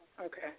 okay